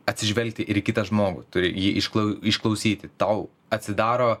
atsižvelgti ir į kitą žmogų turi jį išklau išklausyti tau atsidaro